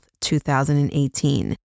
2018